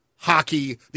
Hockey